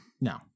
No